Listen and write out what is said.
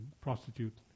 prostitute